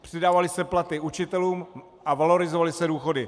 Přidávaly se platy učitelům a valorizovaly se důchody.